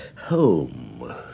Home